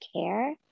care